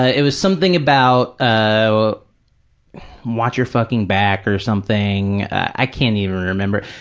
it was something about ah watch your fucking back or something. i can't even remember.